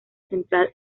central